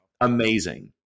Amazing